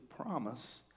promise